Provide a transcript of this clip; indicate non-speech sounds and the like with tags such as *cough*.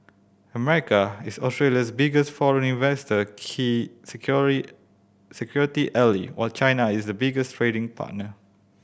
America is Australia's biggest foreign investor key *unintelligible* security ally while China is a biggest trading partner